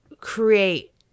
create